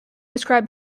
describe